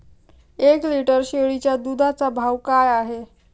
एक लिटर शेळीच्या दुधाचा भाव काय आहे?